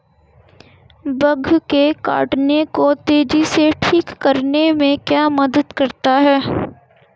Bug के काटने को तेजी से ठीक करने में क्या मदद करता है?